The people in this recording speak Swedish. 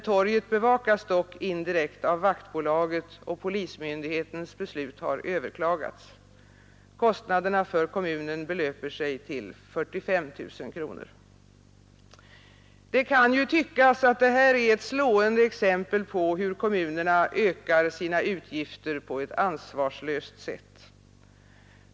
Torget bevakas dock indirekt av vaktbolaget. Polismyndighetens beslut har överklagats. Kostnaderna för kommunen belöper sig till 45 000 kronor. Det kan tyckas att detta är ett slående exempel på hur kommunerna ökar sina utgifter på ett ansvarslöst sätt.